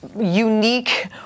unique